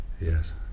Yes